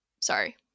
Sorry